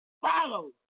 follow